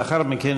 ולאחר מכן,